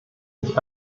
nicht